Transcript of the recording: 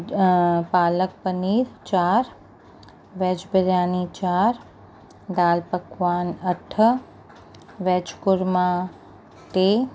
पालक पनीर चार वेज़ बिरयानी चार दाल पकवान अठ वेज कोरमा टे